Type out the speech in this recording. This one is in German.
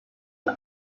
und